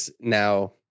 now